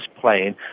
playing